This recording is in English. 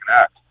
act